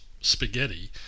spaghetti